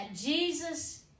Jesus